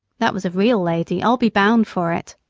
that was a real lady, i'll be bound for it,